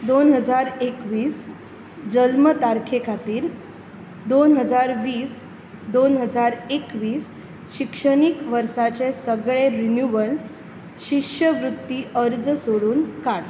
दोन हजार एकवीस जल्म तारके खातीर दोन हजार वीस दोन हजार एकवीस शिक्षणीक वर्साचे सगळे रिन्यूवल शिश्यवृत्ती अर्ज सोडून काड